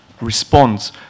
response